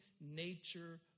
nature